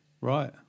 Right